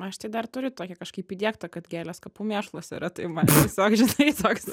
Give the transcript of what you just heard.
aš tai dar turi tokį kažkaip įdiegta kad gėlės kapų mėšlas yra tai man tiesiog žinai toks